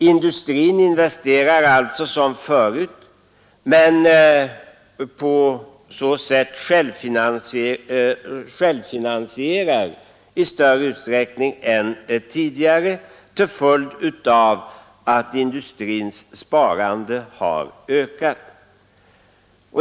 Industrin investerar som förut men kan självfinansiera i större utsträckning än tidigare till följd av att dess sparande har ökat.